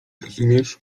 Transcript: rozumiesz